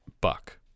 Buck